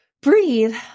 breathe